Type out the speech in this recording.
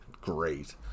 great